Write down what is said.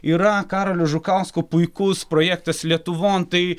yra karolio žukausko puikus projektas lietuvon tai